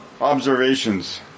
Observations